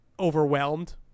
overwhelmed